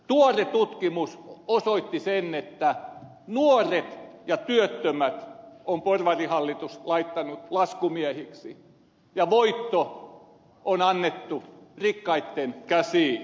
tuore tutkimus osoitti sen että nuoret ja työttömät on porvarihallitus laittanut laskumiehiksi ja voitto on annettu rikkaitten käsiin